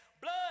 blood